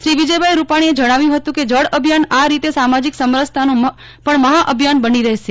શ્રી વિજયભાઇ રૂપાણીએ જણાવ્યું હતું કે જળ અભિયાન આ રીતે સામાજિક સમરસતાનું પણ મહા અભિયાન બની રહેશે